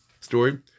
story